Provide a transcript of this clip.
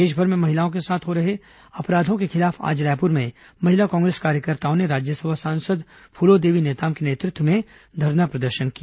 देशभर में महिलाओं के साथ हो रहे अपराधों के खिलाफ आज रायपुर में महिला कांग्रेस कार्यकर्ताओं ने राज्यसभा सांसद फूलोदेवी नेताम के नेतृत्व में धरना प्रदर्शन किया